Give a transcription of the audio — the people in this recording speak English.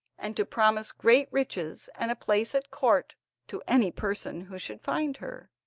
and to promise great riches and a place at court to any person who should find her.